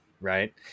right